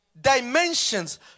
dimensions